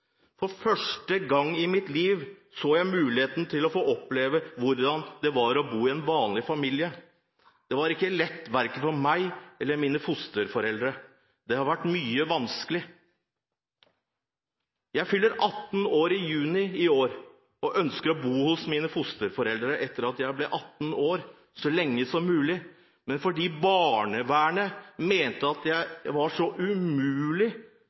For første gang i mitt liv så jeg muligheten til å få oppleve hvordan det var å bo i en vanlig familie. Det var ikke lett verken for meg eller mine fosterforeldre. Det har vært mye vanskeligheter. Jeg fylte 18 år i juni i år og ønsket å bo hos mine fosterforeldre etter at jeg ble 18 år så lenge som mulig. Men fordi barnevernet mente jeg var så umulig